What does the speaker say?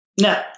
No